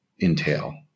entail